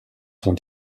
sont